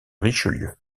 richelieu